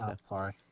sorry